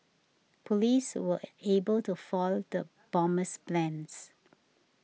police were able to foil the bomber's plans